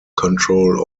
control